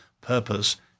purpose